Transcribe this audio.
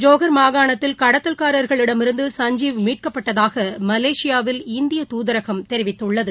ஜோகர் மாகாணத்தில் கடத்தல் காரர்களிடமிருந்து சஞ்சீவ் மீட்கப்பட்டதாகமலேசியாவில் இந்தியதூதரகம் தெரிவித்துள்ளது